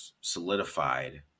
solidified